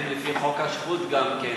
הם, לפי חוק השבות גם כן,